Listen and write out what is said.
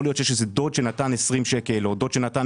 יכול להיות שיש איזה דוד שנתן 20 שקלים או דוד שנתן